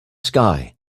sky